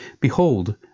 Behold